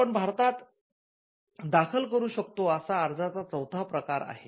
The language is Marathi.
आपण भारतात दाखल करू शकतो असा हा अर्जाचा चौथा प्रकार आहे